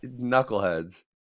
knuckleheads